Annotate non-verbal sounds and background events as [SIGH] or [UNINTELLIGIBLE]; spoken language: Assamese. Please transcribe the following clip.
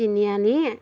তিনিআলি [UNINTELLIGIBLE]